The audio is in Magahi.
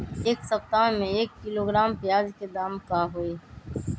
एक सप्ताह में एक किलोग्राम प्याज के दाम का होई?